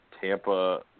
Tampa